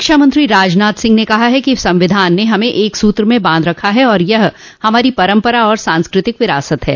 रक्षामंत्री राजनाथ सिंह ने कहा है कि संविधान ने हमें एक सूत्र में बांध रखा है और यह हमारी परम्परा तथा सांस्कृतिक विरासत है